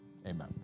amen